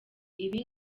ibi